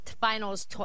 finals